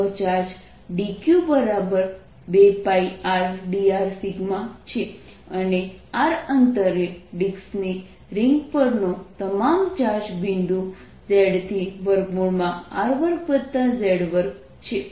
આનો charge dQ2πrdr છે અને r અંતરે ડિસ્કની રીંગ પરનો તમામ ચાર્જ બિંદુ z થી r2z2 છે